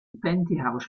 pantyhose